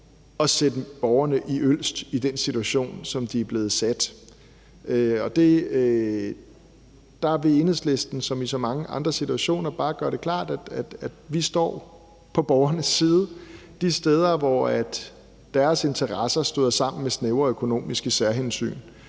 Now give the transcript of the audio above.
at sætte borgerne i Ølst i den situation, som de er blevet sat i. Der vil Enhedslisten som i så mange andre situationer bare gøre det klart, at vi står på borgernes side de steder, hvor deres interesser støder sammen med snævre økonomiske særhensyn.